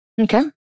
Okay